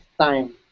time